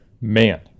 Man